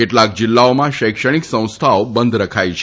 કેટલાક જિલ્લાઓમાં શૈક્ષણિક સંસ્થાઓ બંધ રખાઈ છે